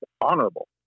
honorable